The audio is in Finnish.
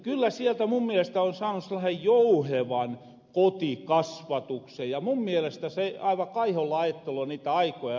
kyllä sieltä mun mielestä on saanu sellasen jouhevan kotikasvatuksen ja mun mielestä aivan kaiholla ajatteloo niitä aikoja